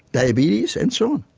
diabetes and so